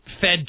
Fed